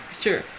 sure